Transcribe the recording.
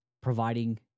providing